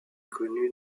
connue